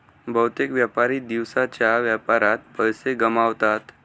बहुतेक व्यापारी दिवसाच्या व्यापारात पैसे गमावतात